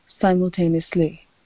simultaneously